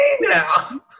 now